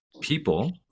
people